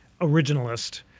originalist